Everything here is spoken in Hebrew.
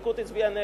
הליכוד הצביע נגד,